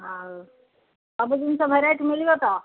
ଆଉ ସବୁ ଜିନିଷ ଭେରାଇଟି ମିଳିବ ତ